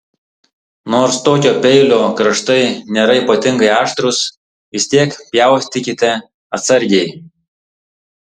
nors tokio peilio kraštai nėra ypatingai aštrūs vis tiek pjaustykite atsargiai